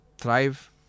thrive